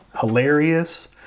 hilarious